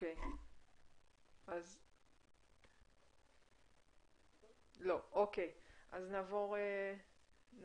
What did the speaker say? בארץ